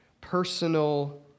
personal